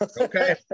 Okay